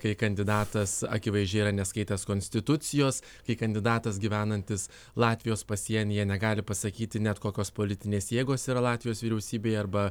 kai kandidatas akivaizdžiai yra neskaitęs konstitucijos kai kandidatas gyvenantis latvijos pasienyje negali pasakyti net kokios politinės jėgos yra latvijos vyriausybėj arba